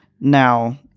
now